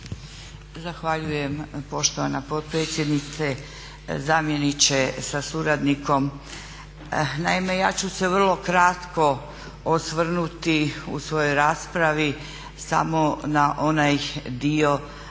Zahvaljujem poštovana potpredsjednice. Zamjeniče sa suradnikom. Naime, ja ću se vrlo kratko osvrnuti u svojoj raspravi samo na onaj dio